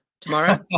tomorrow